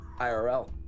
IRL